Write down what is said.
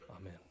amen